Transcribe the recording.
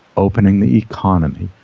opening the economy,